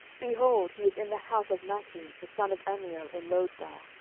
behold, he is in the house of machir, the son of ammiel, in lodebar.